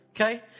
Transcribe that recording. okay